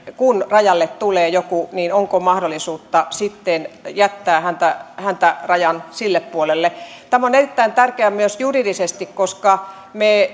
arvioimaan että kun rajalle tulee joku niin onko mahdollisuutta sitten jättää häntä häntä rajan sille puolelle tämä on erittäin tärkeää myös juridisesti koska